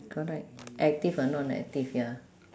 correct active or non-active ya